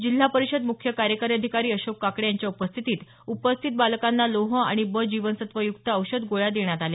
जिल्हा परिषद मुख्य कार्यकारी अधिकारी अशोक काकडे यांच्या उपस्थितीत उपस्थित बालकांना लोह आणि ब जीवनसत्व युक्त औषध गोळ्या देण्यात आल्या